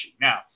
now